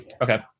okay